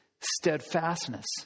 steadfastness